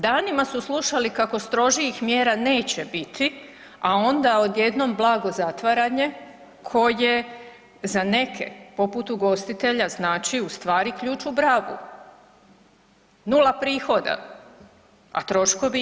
Danima su slušali kako strožih mjera neće biti, a onda odjednom blago zatvaranje koje za neke poput ugostitelja znači ustvari ključ u bravu, nula prihoda, a troškovi idu.